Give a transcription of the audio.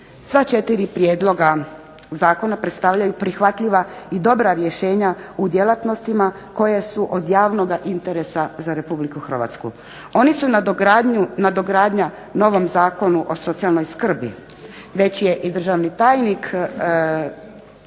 Sva četiri prijedloga zakona predstavljaju prihvatljiva i dobra rješenja u djelatnostima koje su od javnoga interesa za Republiku Hrvatsku. Oni su nadogradnja novom Zakonu o socijalnoj skrbi. Već je i državni tajnik